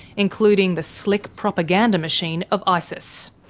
including the slick propaganda machine of isis.